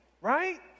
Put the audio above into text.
Right